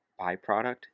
Byproduct